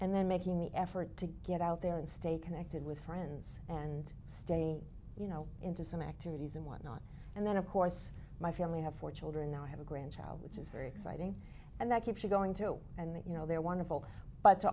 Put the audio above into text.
and then making the effort to get out there and stay connected with friends and stay you know into some activities and whatnot and then of course my family have four children now i have a grandchild which is very exciting and that keeps you going to and that you know they're wonderful but to